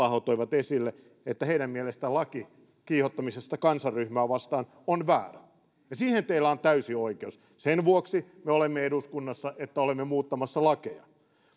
aho toivat esille että heidän mielestään laki kiihottamisesta kansanryhmää vastaan on väärä ja siihen teillä on täysi oikeus sen vuoksi me olemme eduskunnassa että olemme muuttamassa lakeja